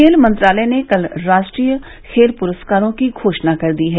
खेल मंत्रालय ने कल राष्ट्रीय खेल पुरस्कारों की घोषणा कर दी है